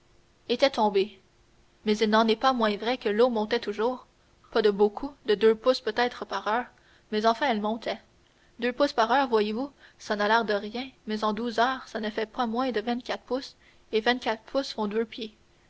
était tombé mais il n'en est pas moins vrai que l'eau montait toujours pas de beaucoup de deux pouces peut-être par heure mais enfin elle montait deux pouces par heure voyez-vous ça n'a l'air de rien mais en douze heures ça ne fait pas moins de vingt-quatre pouces et vingt-quatre pouces font deux pieds